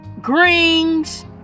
greens